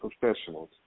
professionals